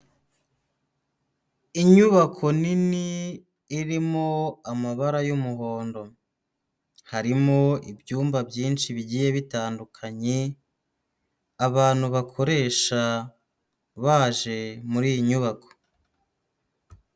Inyubako nini, irimo amabara y'umuhondo. Harimo ibyumba byinshi bigiye bitandukanye, abantu bakoresha baje, muri iyi nyubako.